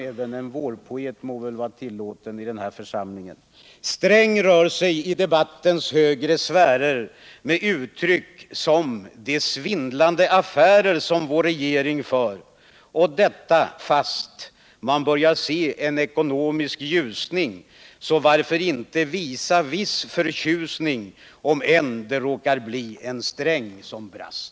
Även en vårpoet må väl vara tillåten i den här församlingen. Sträng rör sig i debattens högre sfärer med uttryck som ”de svindlande affärer som vår regering för” — och detta fast man börjar se en ekonomisk ljusning, så varför inte visa viss förtjusning — om än det råkar bli en sträng som brast.